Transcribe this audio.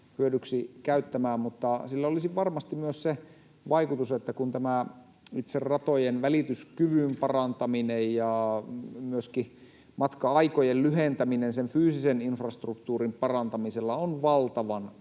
Mutta sillä olisi varmasti myös se vaikutus, että kun tämä itse ratojen välityskyvyn parantaminen ja myöskin matka-aikojen lyhentäminen sen fyysisen infrastruktuurin parantamisella on valtavan kallista